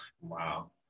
Wow